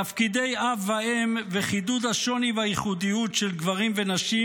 תפקידי אב ואם וחידוד השוני והייחודיות של גברים ונשים,